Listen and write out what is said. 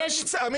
חכו בסבלנות.